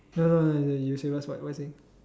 no no no you you say first what what you saying